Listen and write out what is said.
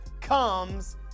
comes